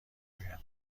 گویم